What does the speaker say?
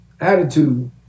attitude